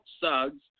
Suggs